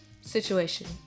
situation